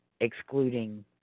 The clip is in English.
excluding